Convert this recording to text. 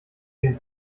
den